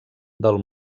del